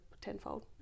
tenfold